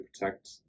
protect